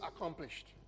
accomplished